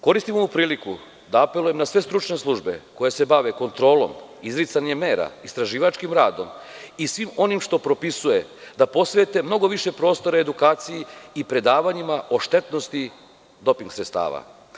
Koristim ovu priliku da apelujem na sve stručne službe koje se bave kontrolom, izricanjem mera, istraživačkim radom i svim onim što propisuje da posvete mnogo više prostora edukaciji i predavanjima o štetnosti doping sredstava.